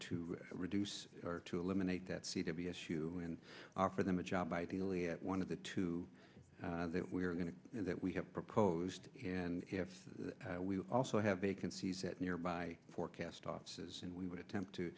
to reduce or to eliminate that c b s you can offer them a job ideally at one of the two that we are going to that we have proposed and if we also have vacancies at nearby forecast offices and we would attempt to